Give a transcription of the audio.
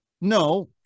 no